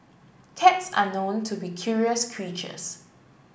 cats are known to be curious creatures